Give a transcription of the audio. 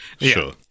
sure